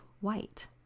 white